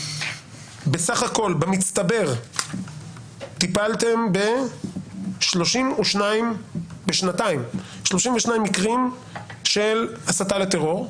בסך הכול במצטבר טיפלתם ב-32 מקרים בשנתיים של הסתה לטרור,